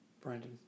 Brandon